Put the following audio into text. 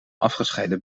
afgescheiden